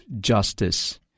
justice